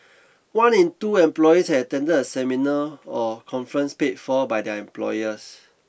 one in two employees had attended a seminar or conference paid for by their employers